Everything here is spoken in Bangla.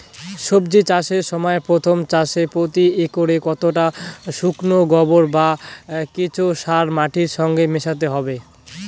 সবজি চাষের সময় প্রথম চাষে প্রতি একরে কতটা শুকনো গোবর বা কেঁচো সার মাটির সঙ্গে মেশাতে হবে?